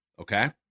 Okay